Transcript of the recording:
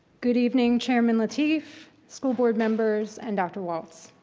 good evening chairman lateef, school board members, and dr. walts.